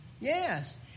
Yes